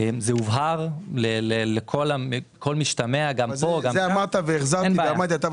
מה המחיר של העדפה